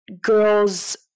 girls